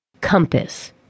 Compass